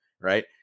Right